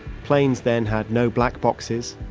planes then had no black boxes,